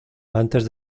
antes